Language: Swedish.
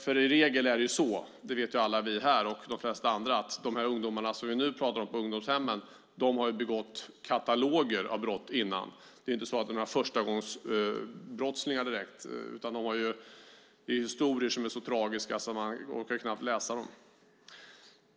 I regel är det så - det vet alla vi här och de flesta andra - att de ungdomar som vi nu pratar om på ungdomshemmen har begått kataloger av brott innan de hamnade där. Det är inte direkt några förstagångsbrottslingar, utan det är historier som är så tragiska att man knappt orkar läsa dem.